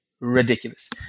ridiculous